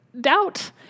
Doubt